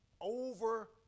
over